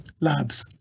Labs